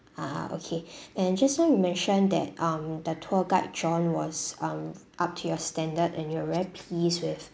ah okay and just now you mention that um the tour guide john was um up to your standard and you were very pleased with